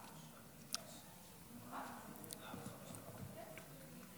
לרשותך חמש דקות.